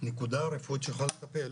נקודה רפואית שיכולה לטפל